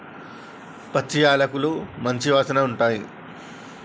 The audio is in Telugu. పచ్చి యాలకులు మంచి వాసన ఉంటాయి